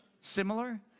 similar